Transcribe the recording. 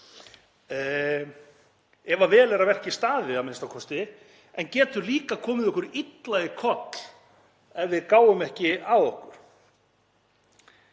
ef vel er að verki staðið a.m.k., en getur líka komið okkur illa í koll ef við gáum ekki á okkur.